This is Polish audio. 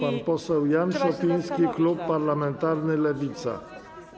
Pan poseł Jan Szopiński, klub parlamentarny Lewica.